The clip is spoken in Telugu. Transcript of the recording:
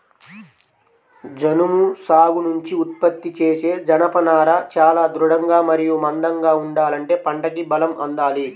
జనుము సాగు నుంచి ఉత్పత్తి చేసే జనపనార చాలా దృఢంగా మరియు మందంగా ఉండాలంటే పంటకి బలం అందాలి